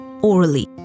orally